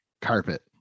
carpet